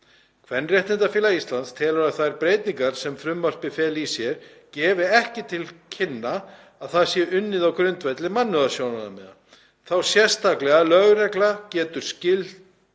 Kvenréttindafélag Íslands telur að þær breytingar sem frumvarpið felur í sér gefi ekki til kynna að það sé unnið á grundvelli mannúðarsjónarmiða, þá sérstaklega að lögregla geti